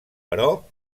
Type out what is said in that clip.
però